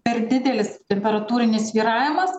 per didelis temperatūrinis svyravimas